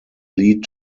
lead